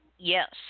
Yes